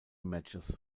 matches